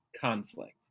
conflict